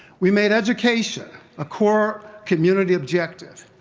we made education a core community objective,